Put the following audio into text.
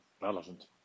relevant